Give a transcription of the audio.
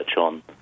on